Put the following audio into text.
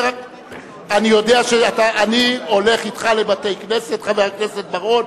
אני הולך אתך לבתי-כנסת,